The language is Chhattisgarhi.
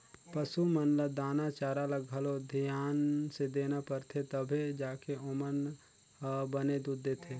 पसू मन ल दाना चारा ल घलो धियान से देना परथे तभे जाके ओमन ह बने दूद देथे